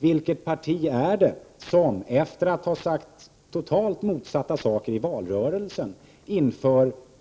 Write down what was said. Vilket parti är det som, efter att ha sagt totalt motsatta saker i valrörelsen,